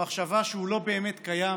והמחשבה שהוא לא באמת קיים